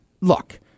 look